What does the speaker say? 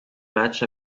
match